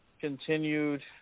continued